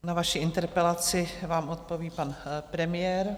Na vaši interpelaci vám odpoví pan premiér.